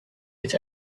with